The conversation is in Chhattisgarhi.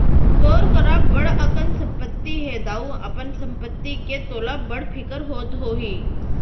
तोर करा बड़ अकन संपत्ति हे दाऊ, अपन संपत्ति के तोला बड़ फिकिर होत होही